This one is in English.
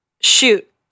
shoot